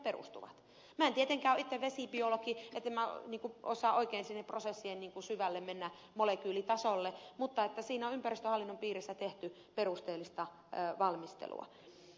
minä en tietenkään ole itse vesibiologi joten en osaa oikein sinne prosessiin syvälle mennä molekyylitasolle mutta siinä on ympäristöhallinnon piirissä tehty perusteellista valmistelua